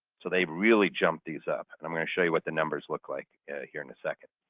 so they really jumped these up. and i'm going to show you what the numbers look like here in a second.